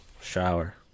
Shower